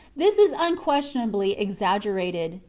this is unquestionably exaggerated.